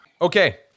Okay